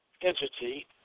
entity